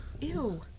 Ew